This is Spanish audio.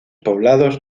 poblados